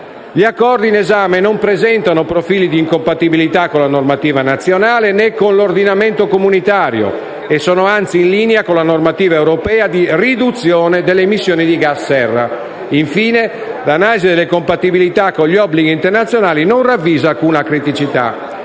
Gli accordi in esame non presentano profili di incompatibilità con la normativa nazionale, né con l'ordinamento comunitario e - anzi - sono in linea con la normativa europea di riduzione delle emissioni di gas serra. Infine, l'analisi delle compatibilità con gli obblighi internazionali non ravvisa alcuna criticità.